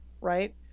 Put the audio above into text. right